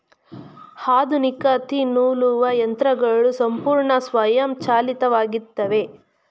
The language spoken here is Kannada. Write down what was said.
ಆಧುನಿಕ ತ್ತಿ ನೂಲುವ ಯಂತ್ರಗಳು ಸಂಪೂರ್ಣ ಸ್ವಯಂಚಾಲಿತವಾಗಿತ್ತವೆ